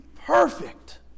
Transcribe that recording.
perfect